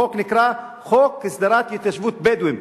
החוק נקרא "חוק הסדרת התיישבות בדואים".